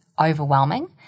overwhelming